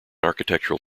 architectural